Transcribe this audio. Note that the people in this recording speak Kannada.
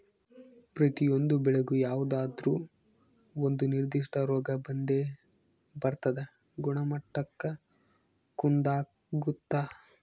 ಪ್ರತಿಯೊಂದು ಬೆಳೆಗೂ ಯಾವುದಾದ್ರೂ ಒಂದು ನಿರ್ಧಿಷ್ಟ ರೋಗ ಬಂದೇ ಬರ್ತದ ಗುಣಮಟ್ಟಕ್ಕ ಕುಂದಾಗುತ್ತ